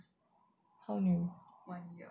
how new